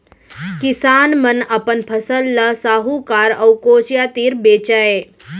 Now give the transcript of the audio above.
किसान अपन फसल ल साहूकार अउ कोचिया तीर बेचय